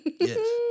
Yes